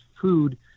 food